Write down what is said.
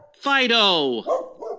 Fido